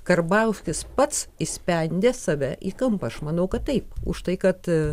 karbauskis pats įspendė save į kampą aš manau kad taip už tai kad